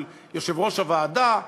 של יושבת-ראש הוועדה,